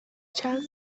چند